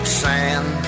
sand